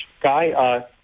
guy